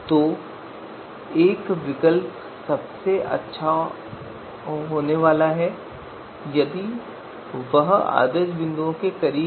तो एक विकल्प सबसे अच्छा विकल्प होने जा रहा है यदि वह आदर्श बिंदुओं के करीब हो